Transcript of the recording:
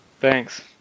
Thanks